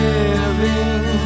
Living